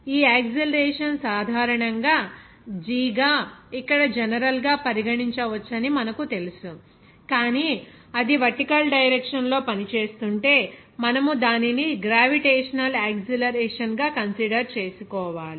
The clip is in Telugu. ఈ యాక్సిలరేషన్ సాధారణంగా g గా ఇక్కడ జనరల్గా పరిగణించవచ్చని మనకు తెలుసు కానీ అది వర్టికల్ డైరెక్షన్ లో పని చేస్తుంటే మనము దానిని గ్రావిటేషనల్ యాక్సిలరేషన్ గా కన్సిడర్ చేసుకోవాలి